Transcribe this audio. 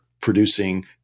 producing